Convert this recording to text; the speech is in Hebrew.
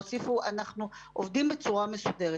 והוסיפו אנחנו עובדים בצורה מסודרת.